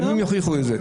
הימים יוכיחו את זה.